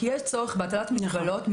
כי יש צורך בהטלת מגבלות -- נכון.